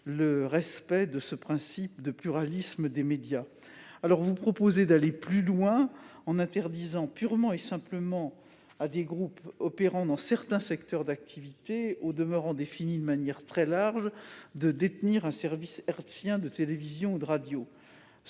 le respect du principe de pluralisme des médias. Par cet amendement, il est proposé d'aller plus loin et d'interdire purement et simplement à des groupes opérant dans certains secteurs d'activité, au demeurant définis de manière très large, de détenir un service hertzien de télévision ou de radio.